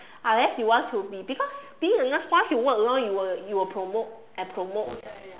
unless you want to be because being a nurse once you work long you will you will promote and promote